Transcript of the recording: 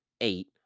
eight